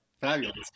fabulous